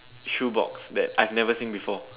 shoebox that I've never seen before